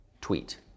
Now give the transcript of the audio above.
tweet